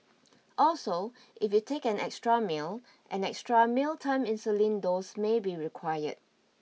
also if you take an extra meal an extra mealtime insulin dose may be required